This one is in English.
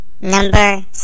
Number